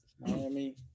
Miami